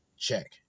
Check